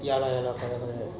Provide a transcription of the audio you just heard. ya lor ya lor correct correct